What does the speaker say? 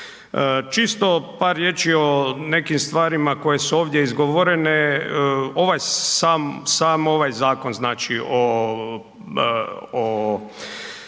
Čisto par riječi o nekim stvarima koje su ovdje izgovorene, ovaj sam, sam ovaj